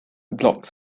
blocks